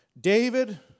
David